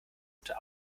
unter